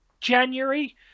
January